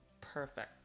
perfect